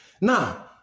Now